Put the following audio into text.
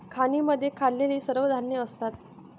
खाणींमध्ये खाल्लेली सर्व धान्ये असतात